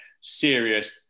Serious